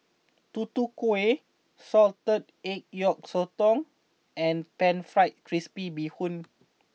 Tutu Kueh Salted Egg Yolk Sotong and Pan Fried Crispy Bee Hoon